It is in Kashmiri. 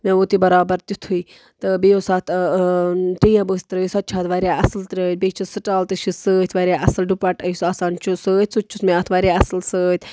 مےٚ ووت یہِ بَرابَر تِتھُے تہٕ بیٚیہِ اوس اَتھ ٹیب ٲسۍ ترٲیِتھ سۄ تہِ چھِ اَتھ واریاہ اَصٕل ترٲیِتھ بیٚیہِ چھِ سِٹال تہِ چھِس سۭتۍ واریاہ اَصٕل ڈُپَٹ یُس آسان چھُ سۭتۍ سُہ تہِ چھُس مےٚ اَتھ واریاہ اَصٕل سۭتۍ